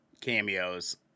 cameos